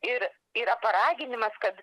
ir yra paraginimas kad